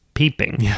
Peeping